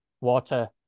water